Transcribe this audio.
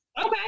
Okay